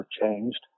changed